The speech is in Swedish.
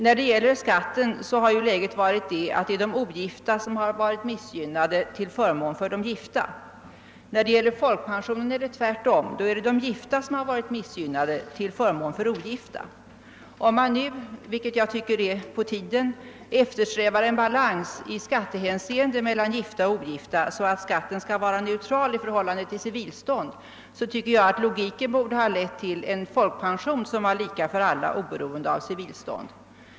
När det gäller skatten har läget varit att de ogifta varit missgynnade till förmån för de gifta. När det gäller folkpensionen är det tvärtom, då är det de gifta som varit missgynnade till förmån för de ogifta. Om man nu eftersträvar, vilket jag tycker är på tiden, en balans i skattehänseende mellan gifta och ogifta så att skatten blir neutral i förhållande till civilstånd, tycker jag att logiken borde ha lett till en folkpension som var lika för alla oberoende av civilstånd.